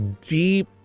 deep